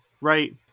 right